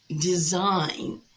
design